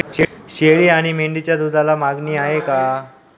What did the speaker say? शेळी आणि मेंढीच्या दूधाला मागणी आहे का?